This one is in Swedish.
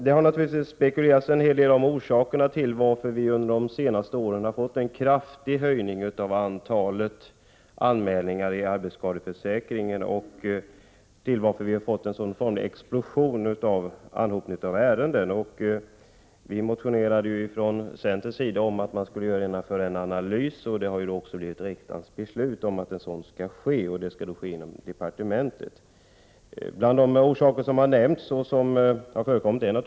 Det har spekulerats en hel del om orsakerna till att vi under de senaste åren fått en kraftig höjning av antalet anmälningar till arbetskadeförsäkringen. Det har formligen skett en explosion när det gäller anhopningen av ärenden. Vi har från centerns sida motionerat om att man skulle genomföra en analys. Det har också blivit riksdagens beslut att en sådan skall göras i departementet. Bland de orsaker som har nämnts återfinns förändringar i arbetsmiljön och Prot.